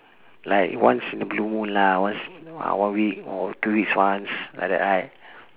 like once in a blue moon lah once in ah one week or two weeks once like that right